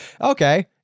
Okay